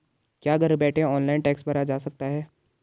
क्या घर बैठे ऑनलाइन टैक्स भरा जा सकता है?